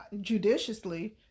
judiciously